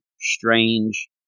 Strange